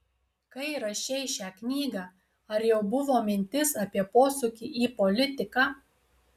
kai rašei šią knygą ar jau buvo mintis apie posūkį į politiką